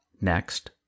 Next